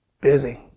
busy